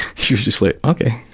she was just like ok!